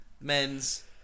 men's